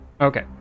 Okay